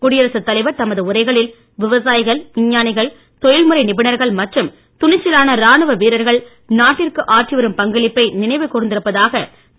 குடியரசுத் தலைவர் தமது உரைகளில் விவசாயிகள் விஞ்ஞானிகள் தொழில்முறை நிபுணர்கள் மற்றும் துணிச்சலான ராணுவ வீரர்கள் நாட்டிற்கு ஆற்றிவரும் பங்களிப்பை நினைவு கூர்ந்திருப்பதாக திரு